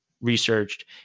researched